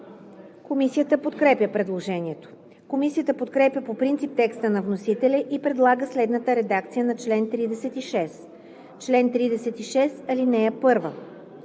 Комисията подкрепя предложението. Комисията подкрепя по принцип текста на вносителя и предлага следната редакция на чл. 36: „Чл. 36. (1) При